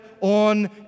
on